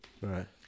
Right